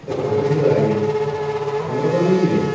ଏଟାତ ବହୁତ ହେଇଗଲା ଆଜ୍ଞା ପନ୍ଦର ଟଙ୍କା ନେଇଯିବେ